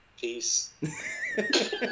Peace